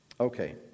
Okay